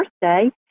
birthday